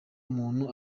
umuntu